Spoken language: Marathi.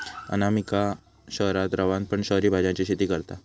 अनामिका शहरात रवान पण शहरी भाज्यांची शेती करता